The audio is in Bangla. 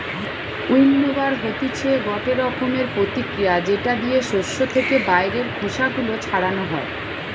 উইন্নবার হতিছে গটে রকমের প্রতিক্রিয়া যেটা দিয়ে শস্য থেকে বাইরের খোসা গুলো ছাড়ানো হয়